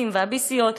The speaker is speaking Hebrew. הביסים והביסיות,